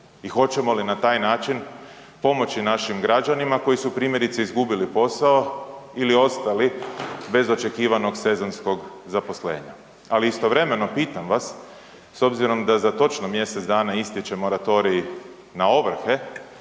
i hoćemo li na taj način pomoći našim građanima koji su primjerice izgubili posao ili ostali bez očekivanog sezonskog zaposlenja? Ali istovremeno pitam vas s obzirom da za točno mjesec dana istječe moratorij na ovrhe,